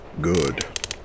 Good